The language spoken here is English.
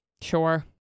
Sure